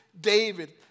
David